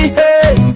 hey